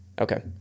Okay